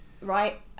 right